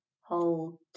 hold